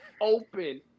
open